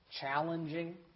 challenging